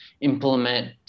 implement